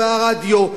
והרדיו,